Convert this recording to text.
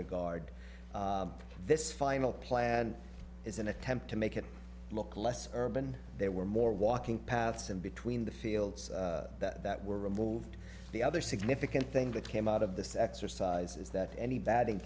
regard this final plan is an attempt to make it look less urban there were more walking paths in between the fields that were removed the other significant thing that came out of this exercise is that any batting